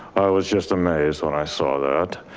i was just amazed when i saw that,